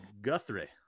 Guthrie